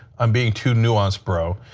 um being too nuanced, bro